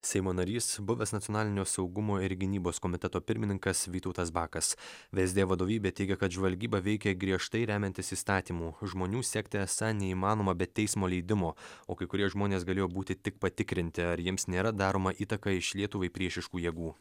seimo narys buvęs nacionalinio saugumo ir gynybos komiteto pirmininkas vytautas bakas vsd vadovybė teigia kad žvalgyba veikė griežtai remiantis įstatymų žmonių sekti esą neįmanoma be teismo leidimo o kai kurie žmonės galėjo būti tik patikrinti ar jiems nėra daroma įtaka iš lietuvai priešiškų jėgų